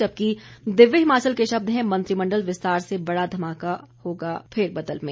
जबकि दिव्य हिमाचल के शब्द हैं मंत्रिमंडल विस्तार से बड़ा धमाका होगा फेरबदल में